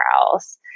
else